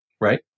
Right